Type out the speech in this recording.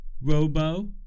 robo